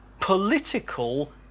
political